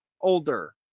older